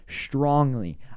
strongly